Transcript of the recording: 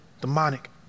demonic